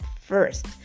first